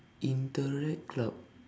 interact club